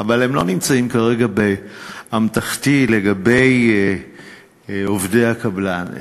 אבל הם לא נמצאים כרגע באמתחתי, לגבי עובדי הקבלן.